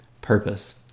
purpose